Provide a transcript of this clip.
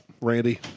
Randy